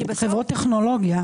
חברות טכנולוגיה.